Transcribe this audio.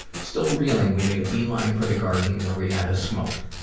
still reeling, we made a beeline for the garden where we had a smoke.